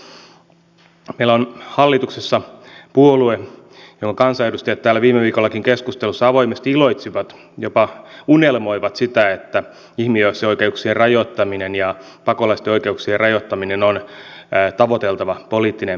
meillä on hallituksessa puolue jonka kansanedustajat täällä viime viikollakin keskustelussa avoimesti iloitsivat jopa unelmoivat siitä että ihmisoikeuksien rajoittaminen ja pakolaisten oikeuksien rajoittaminen on tavoiteltava poliittinen päämäärä